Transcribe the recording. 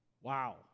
Wow